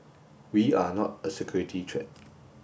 we are not a security threat